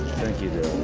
thank you